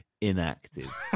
inactive